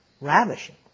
Ravishing